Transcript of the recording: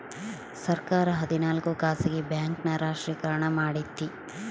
ಸರ್ಕಾರ ಹದಿನಾಲ್ಕು ಖಾಸಗಿ ಬ್ಯಾಂಕ್ ನ ರಾಷ್ಟ್ರೀಕರಣ ಮಾಡೈತಿ